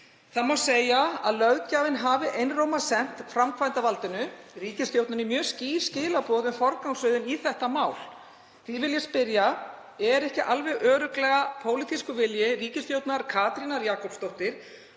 ekki. Segja má að löggjafinn hafi einróma sent framkvæmdarvaldinu, ríkisstjórninni, mjög skýr skilaboð um forgangsröðun í þetta mál. Því vil ég spyrja: Er ekki alveg örugglega pólitískur vilji ríkisstjórnar Katrínar Jakobsdóttur